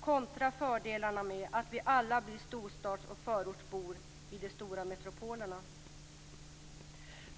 kontra fördelarna med att vi alla blir storstads och förortsbor i de stora metropolerna.